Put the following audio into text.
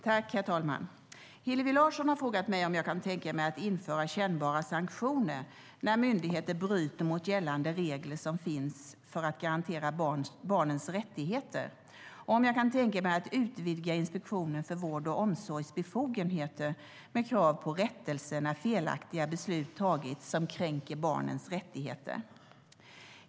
Herr talman! Hillevi Larsson har frågat mig om jag kan tänka mig att införa kännbara sanktioner när myndigheter bryter mot gällande regler som finns för att garantera barnens rättigheter och om jag kan tänka mig att utvidga Inspektionen för vård och omsorgs befogenheter med krav på rättelse när felaktiga beslut som kränker barnens rättigheter tagits.